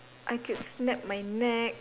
I could snap my neck